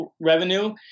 revenue